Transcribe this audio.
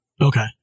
Okay